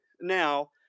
now